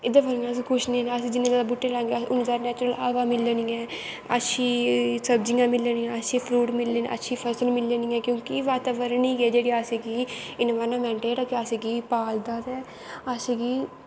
एह्दै कन्नै कुश नी अस जिन्ने जादा बूह्टे लागै असें गी उन्नी जादा हवा मिलनी ऐ अच्ची सब्जियां मिलनियां अच्चे फ्रूट मिलनें न अच्छी फसल मिलनी ऐ क्योंकि बाताबरन गै जेह्ड़ी असेंगी इनवाईरनमैंट जेह्ड़ा असेंगी पालदा ते असेंगी